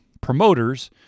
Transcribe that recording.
promoters